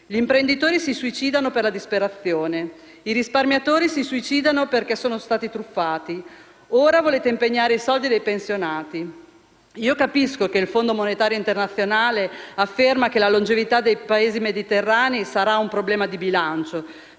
gli imprenditori si suicidano per la disperazione; i risparmiatori si suicidano perché sono stati truffati e ora volete impegnare i soldi dei pensionati. Io capisco che il Fondo monetario internazionale affermi che la longevità dei Paesi mediterranei sarà un problema di bilancio,